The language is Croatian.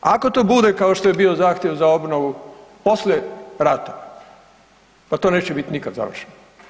Ako to bude kao što je bio zahtjev za obnovu poslije rata, pa to neće bit nikad završeno.